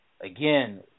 again